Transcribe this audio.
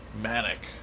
manic